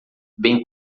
bem